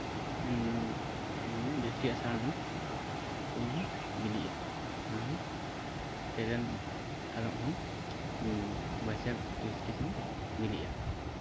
ᱥᱮᱱ ᱡᱚᱥᱴᱤ ᱟᱥᱟᱲ ᱫᱚ ᱩᱞ ᱵᱤᱞᱤᱜᱼᱟ ᱟᱨ ᱛᱮᱨᱮᱞ ᱛᱟᱨᱚᱵᱽ ᱦᱚᱸ ᱵᱟᱹᱭᱥᱟᱹᱠᱷ ᱡᱳᱥᱴᱤ ᱥᱮᱱ ᱵᱤᱞᱤᱜᱼᱟ